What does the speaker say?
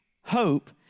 hope